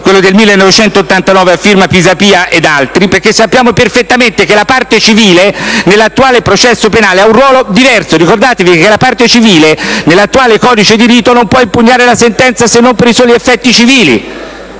quello del 1989 a firma Pisapia ed altri. Sappiamo perfettamente infatti che la parte civile nell'attuale processo penale ha un ruolo diverso. E' bene ricordare che la parte civile, nell'attuale codice di rito, non può impugnare la sentenza se non per i soli effetti civili.